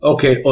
Okay